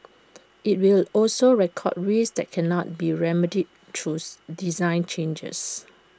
IT will also record risks that cannot be remedied truth design changes